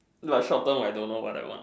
but short term I don't know what I want lah